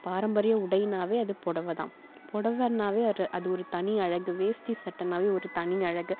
பாரம்பரிய உடைனாலே அது புடவை தான் புடவைன்னாவே அது அது ஒரு தனி அழகு வேஷ்டி சட்டைன்னாவே ஒரு தனி அழகு